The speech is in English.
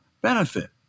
benefit